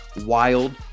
Wild